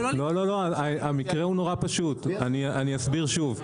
לא, המקרה הוא נורא פשוט, אני אסביר שוב.